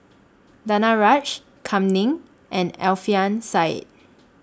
Danaraj Kam Ning and Alfian Sa'at